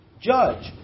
judge